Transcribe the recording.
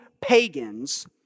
pagans